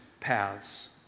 paths